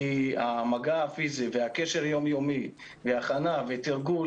המגע הפיזי, הקשר היומיומי, הכנה ותרגול